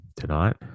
tonight